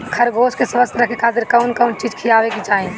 खरगोश के स्वस्थ रखे खातिर कउन कउन चिज खिआवे के चाही?